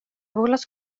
volas